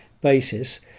basis